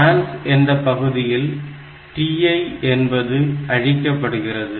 TRANS என்ற பகுதியில் TI என்பது அழிக்கப்படுகிறது